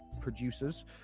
producers